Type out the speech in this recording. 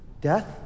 death